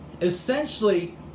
essentially